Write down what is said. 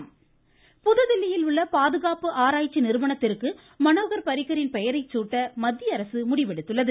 மனோகர் பாரிக்கர் நிறுவனம் புதுதில்லியில் உள்ள பாதுகாப்பு ஆராய்ச்சி நிறுவனத்திற்கு மனோகர் பாரிக்கரின் பெயரை சூட்ட மத்திய அரசு முடிவெடுத்துள்ளது